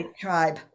Tribe